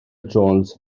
jones